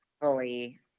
fully